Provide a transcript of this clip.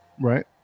Right